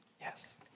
Yes